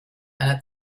einer